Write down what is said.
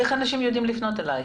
איך אנשים יודעים לפנות אלייך?